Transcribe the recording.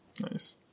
Nice